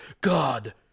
God